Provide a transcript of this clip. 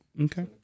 Okay